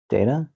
Data